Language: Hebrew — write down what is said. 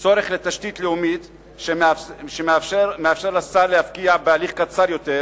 צורך לתשתית לאומית שמאפשר לשר להפקיע בהליך קצר יותר,